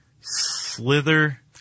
slither